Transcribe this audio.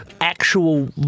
actual